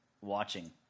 watching